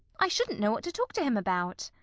i shouldn't know what to talk to him about.